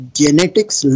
genetics